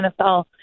NFL